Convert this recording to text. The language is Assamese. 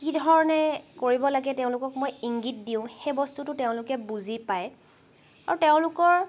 কি ধৰণে কৰিব লাগে তেওঁলোকক মই ইংগিত দিওঁ তেওঁলোকে সেই বস্তুটো বুজি পায় আৰু তেওঁলোকৰ